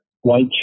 white